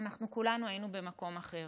אנחנו כולנו היינו במקום אחר.